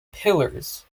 pillars